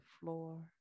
floor